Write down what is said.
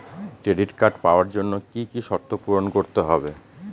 Credit card পাওয়ার জন্য কি কি শর্ত পূরণ করতে হবে?